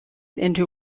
into